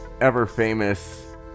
ever-famous